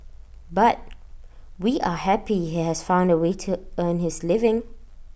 but we are happy he has found A way to earn his living